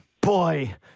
boy